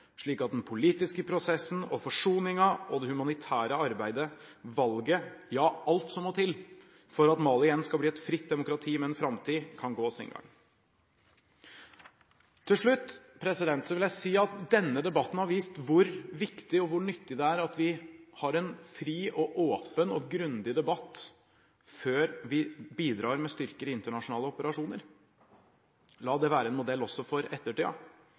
slik at den politiske prosessen, forsoningen, det humanitære arbeidet, valget, ja, alt som må til for at Mali igjen skal bli et fritt demokrati med en framtid, kan gå sin gang. Til slutt vil jeg si at denne debatten har vist hvor viktig og nyttig det er at vi har en fri, åpen og grundig debatt før vi bidrar med styrker i internasjonale operasjoner. La det være en modell også for